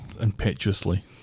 impetuously